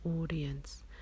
audience